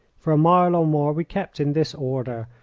for a mile or more we kept in this order,